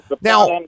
Now